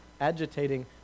agitating